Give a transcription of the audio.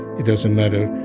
it doesn't matter